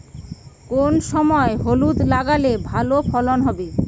কোন সময় হলুদ লাগালে ভালো ফলন হবে?